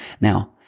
Now